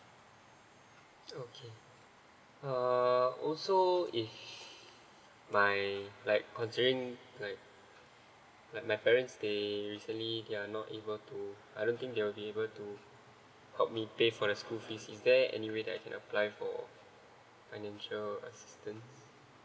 okay uh also if my like considering like my parents they recently they're not involve to I don't think they will be able to help me to pay for the school fees is there any way I can apply for financial assistance